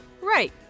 Right